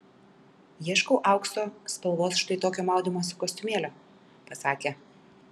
ieškau aukso spalvos štai tokio maudymosi kostiumėlio pasakė